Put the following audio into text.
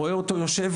רואה אותו יושב,